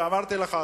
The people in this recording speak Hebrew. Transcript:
אמרתי לך,